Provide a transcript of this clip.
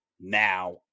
Now